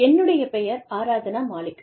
என்னுடைய பெயர் ஆராத்னா மாலிக்